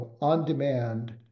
on-demand